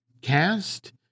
cast